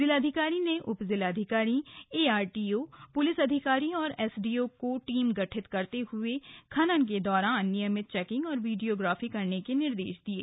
जिलाधिकारी ने उपजिलाधिकारी एआरटीओ पुलिस अधिकारी और एसडीओ की टीम गठित करते हुए खनन के दौरान नियमित चौकिंग और वीडियोग्राफी करने के निर्देश दिये